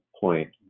point